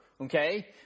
Okay